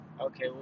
Okay